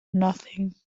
nothing